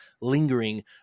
lingering